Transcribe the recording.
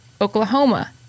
Oklahoma